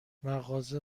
مغازه